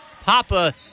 Papa